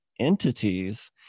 entities